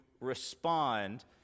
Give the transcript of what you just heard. respond